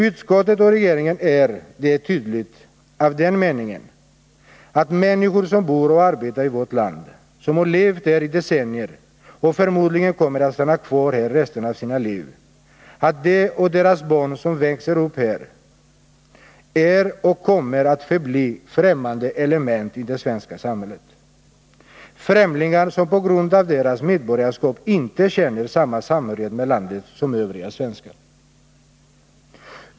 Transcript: Utskottet och regeringen är — det är tydligt — av den meningen, att människor som bor och arbetar i vårt land, som har levt här i decennier och förmodligen kommer att stanna kvar här resten av sina liv, att de och deras barn som växer upp här är och kommer att förbli främmande element i det svenska samhället, främlingar som på grund av sitt medborgarskap inte känner samma samhörighet med landet som övriga svenskar.